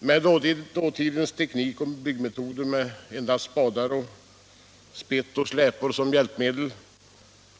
Tänker man på dåtidens teknik och byggmetoder, med endast spadar, spett och släpor som hjälpmedel,